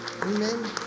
Amen